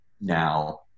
now